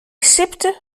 sipte